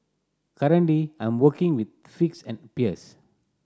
currently I'm working with figs and pears